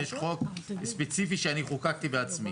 יש חוק ספציפי שאני חוקקתי בעצמי,